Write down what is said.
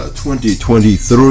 2023